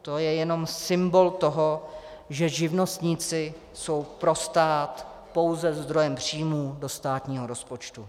To je jenom symbol toho, že živnostníci jsou pro stát pouze zdrojem příjmů do státního rozpočtu.